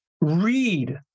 read